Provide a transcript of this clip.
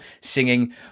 singing